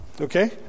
Okay